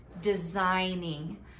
designing